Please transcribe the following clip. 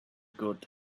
good